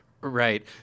Right